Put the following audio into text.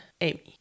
Amy